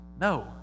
No